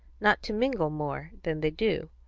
not to mingle more than they do,